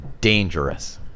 dangerous